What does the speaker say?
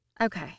Okay